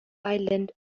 island